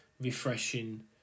refreshing